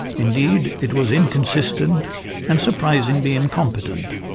indeed, it was inconsistent and surprisingly incompetent,